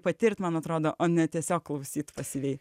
patirt man atrodo o ne tiesiog klausyt pasyviai